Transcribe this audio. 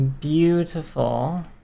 Beautiful